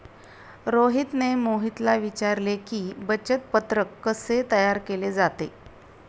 रोहितने मोहितला विचारले की, बचत पत्रक कसे तयार केले जाते?